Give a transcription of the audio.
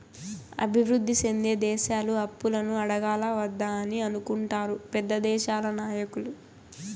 అభివృద్ధి సెందే దేశాలు అప్పులను అడగాలా వద్దా అని అనుకుంటారు పెద్ద దేశాల నాయకులు